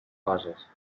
coses